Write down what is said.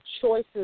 choices